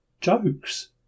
jokes